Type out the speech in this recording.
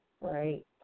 right